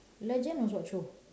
legend was what show